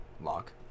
lock